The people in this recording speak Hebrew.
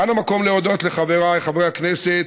כאן המקום להודות לחבריי חברי הכנסת,